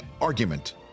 argument